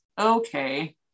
Okay